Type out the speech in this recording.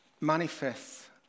manifests